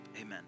Amen